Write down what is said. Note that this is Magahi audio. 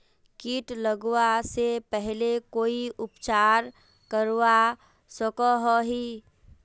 किट लगवा से पहले कोई उपचार करवा सकोहो ही?